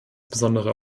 besondere